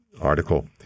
article